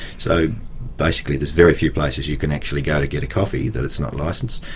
so basically, there's very few places you can actually go to get a coffee that is not licensed.